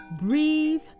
breathe